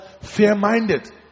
fair-minded